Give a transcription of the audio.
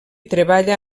treballa